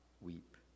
weep